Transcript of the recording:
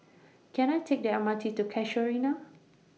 Can I Take The M R T to Casuarina